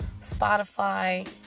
Spotify